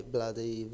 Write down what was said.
Bloody